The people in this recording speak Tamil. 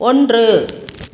ஒன்று